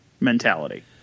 mentality